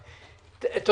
כלום.